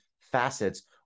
facets